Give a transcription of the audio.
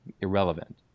irrelevant